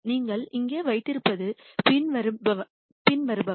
நீங்கள் இங்கே வைத்திருப்பது பின்வருபவை